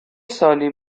سالی